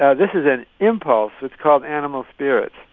ah this is an impulse. it's called animal spirits.